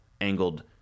angled